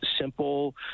simple